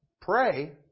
pray